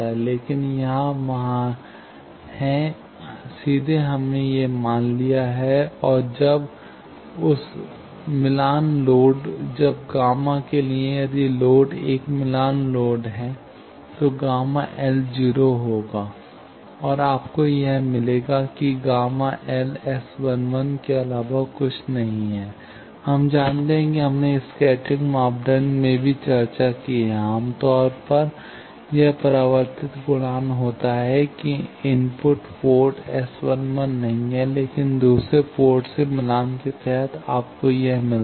लेकिन यहाँ वहाँ है सीधे हमें यह मान मिला है और जब उस मिलान लोड जब गामा के लिए यदि लोड एक मिलान लोड है तो Γ L 0 होगा और आपको यह मिलेगा कि Γ ¿ S11 के अलावा कुछ नहीं है हम जानते हैं कि हमने स्कैटरिंग मापदंड में भी चर्चा की है आमतौर पर यह परावर्तित गुणांक होता है कि इनपुट पोर्ट S11 नहीं है लेकिन दूसरे पोर्ट से मिलान के तहत आपको यह मिलता है